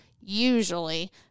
usually